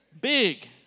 Big